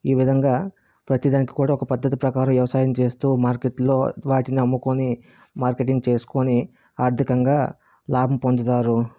ఈ విధంగా ప్రతి దానికి కూడా ఒక పద్ధతి ప్రకారం వ్యవసాయం చేస్తూ మార్కెట్లో వాటిని అమ్ముకోని మార్కెటింగ్ చేసుకోని ఆర్ధికంగా లాభం పొందుతారు